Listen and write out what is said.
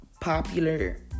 popular